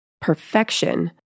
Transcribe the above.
perfection